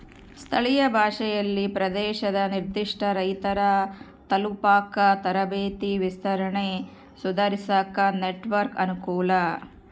ಸ್ಥಳೀಯ ಭಾಷೆಯಲ್ಲಿ ಪ್ರದೇಶದ ನಿರ್ಧಿಷ್ಟ ರೈತರ ತಲುಪಾಕ ತರಬೇತಿ ವಿಸ್ತರಣೆ ಸುಧಾರಿಸಾಕ ನೆಟ್ವರ್ಕ್ ಅನುಕೂಲ